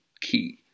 key